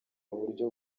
uburyo